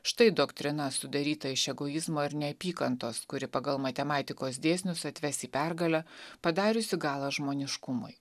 štai doktrina sudaryta iš egoizmo ir neapykantos kuri pagal matematikos dėsnius atves į pergalę padariusi galą žmoniškumui